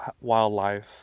wildlife